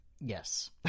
yes